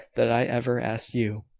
that i ever asked you!